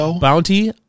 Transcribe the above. Bounty